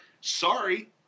Sorry